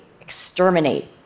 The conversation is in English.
exterminate